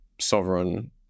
sovereign